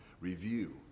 review